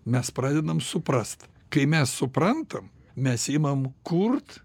mes pradedam suprast kai mes suprantam mes imam kurt